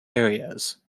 areas